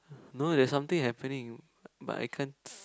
no there is something happening but I can't